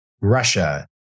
Russia